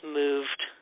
moved